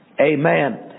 amen